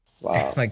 Wow